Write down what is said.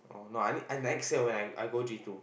oh no I need I next year when I I go J two